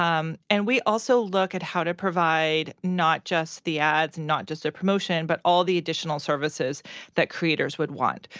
um and we also look at how to provide not just the ads, not just a promotion, but all the additional services that creators would want.